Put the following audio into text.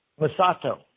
Masato